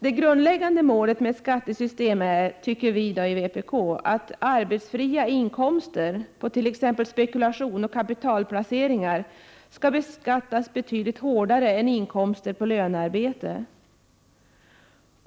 Det grundläggande målet med ett skattesystem är, tycker vi i vpk, att arbetsfria inkomster på t.ex. spekulation och kapitalplaceringar skall beskattas betydligt hårdare än inkomster på lönearbete.